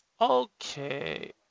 Okay